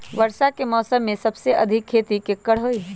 वर्षा के मौसम में सबसे अधिक खेती केकर होई?